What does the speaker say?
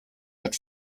had